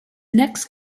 next